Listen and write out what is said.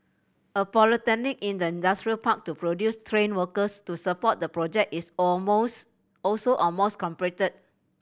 a polytechnic in the industrial park to produce trained workers to support the project is all most also almost completed